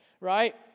right